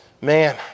Man